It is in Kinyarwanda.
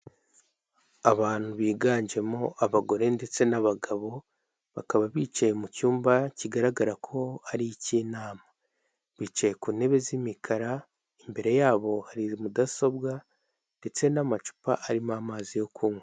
Abantu biganjemo abagore ndetse n'abagabo, bakaba bicaye mu cyumba kigaragara ko ari icy'inama, bicaye ku ntebe z'imikara imbere yabo hari mudasobwa ndetse n'amacupa arimo amazi yo kunywa.